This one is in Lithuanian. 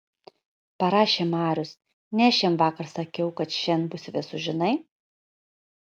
parašė marius ne aš jam vakar sakiau kad šian bus vėsu žinai